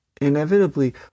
Inevitably